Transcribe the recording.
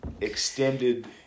extended